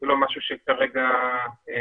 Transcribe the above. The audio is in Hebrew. לדעתי זה לא משהו שכרגע נבחן.